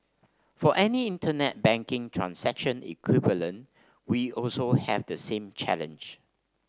for any internet banking transaction equivalent we also have the same challenge